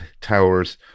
Towers